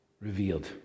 revealed